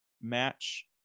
match